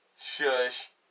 Shush